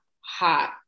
hot